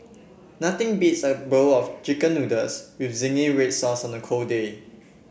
nothing beats a bowl of chicken noodles with zingy red sauce on a cold day